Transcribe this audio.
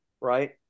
right